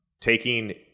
taking